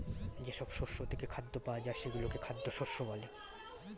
যেসব শস্য থেকে খাদ্য পাওয়া যায় সেগুলোকে খাদ্য শস্য বলে